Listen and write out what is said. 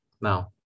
now